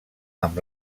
amb